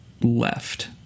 left